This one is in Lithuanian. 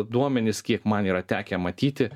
duomenis kiek man yra tekę matyti